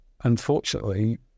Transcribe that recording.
unfortunately